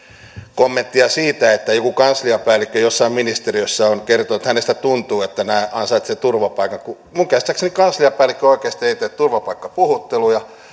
kommenttia siitä että joku kansliapäällikkö jossain ministeriössä on kertonut että hänestä tuntuu että nämä ansaitsevat turvapaikan minun käsittääkseni kansliapäällikkö oikeasti ei tee turvapaikkapuhutteluja